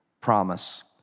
promise